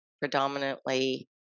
predominantly